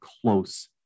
close